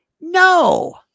No